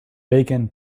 bacon